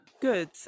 Good